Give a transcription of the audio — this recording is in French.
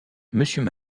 monsieur